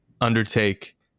undertake